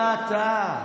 מיכל, מיכל, היא טעתה.